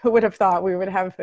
who would have thought we would have